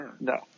No